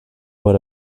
would